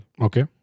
Okay